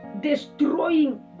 destroying